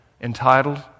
entitled